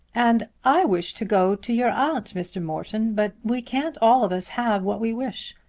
and i wish to go to your aunt, mr. morton but we can't all of us have what we wish.